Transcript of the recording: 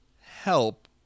help